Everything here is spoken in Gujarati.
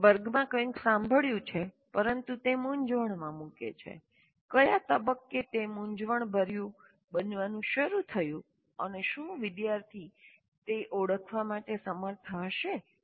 મેં વર્ગમાં કંઈક સાંભળ્યું છે પરંતુ તે મૂંઝવણમાં મૂકે છે કયા તબક્કે તે મૂંઝવણભર્યું બનવાનું શરૂ થયું અને શું વિદ્યાર્થી તે ઓળખવા માટે સમર્થ હશે